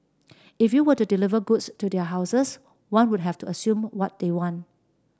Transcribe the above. if you were to deliver goods to their houses one would have to assume what they want